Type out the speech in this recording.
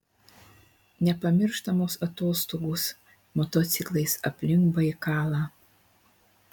nepamirštamos atostogos motociklais aplink baikalą